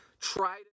try